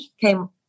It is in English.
came